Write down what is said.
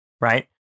Right